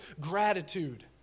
gratitude